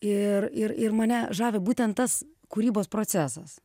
ir ir ir mane žavi būtent tas kūrybos procesas